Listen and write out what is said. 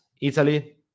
Italy